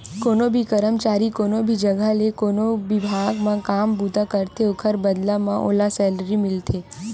कोनो भी करमचारी कोनो भी जघा ते कोनो बिभाग म काम बूता करथे ओखर बदला म ओला सैलरी मिलथे